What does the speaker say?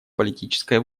политической